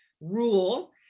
rule